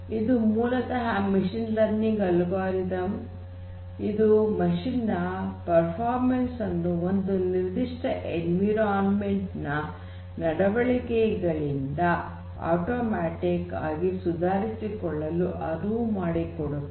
ಇದು ಮೂಲತಃ machine learning algorithm ಇದು ಯಂತ್ರದ ಕಾರ್ಯಕ್ಷಮತೆಯನ್ನು ಒಂದು ನಿರ್ಧಿಷ್ಟ ಎನ್ವಿರಾನ್ಮೆಂಟ್ ನ ನಡವಳಿಕೆಗಳಿಂದ ಆಟೋಮ್ಯಾಟಿಕ್ ಆಗಿ ಸುಧಾರಿಸಿಕೊಳ್ಳಲು ಅನುವು ಮಾಡಿಕೊಡುತ್ತದೆ